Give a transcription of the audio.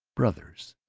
brothers,